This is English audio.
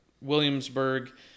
Williamsburg